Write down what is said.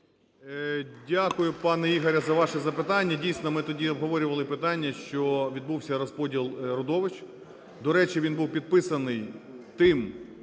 Дякую, пане Ігоре, за ваше запитання. Дійсно, ми тоді обговорювали питання, що відбувся розподіл родовищ. До речі, він був підписаний тим